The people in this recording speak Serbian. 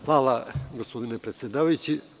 Hvala, gospodine predsedavajući.